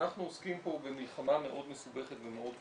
אנחנו עוסקים פה במלחמה מאוד מסובכת ומאוד קשה,